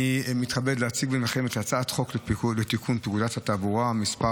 אני מתכבד להציג בפניכם את הצעת החוק לתיקון פקודת התעבורה (מס'